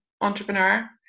entrepreneur